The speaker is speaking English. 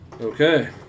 Okay